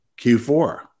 Q4